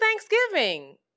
Thanksgiving